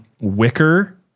wicker